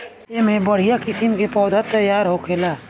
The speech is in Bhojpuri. एमे बढ़िया किस्म के पौधा तईयार होखेला